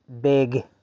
big